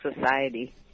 society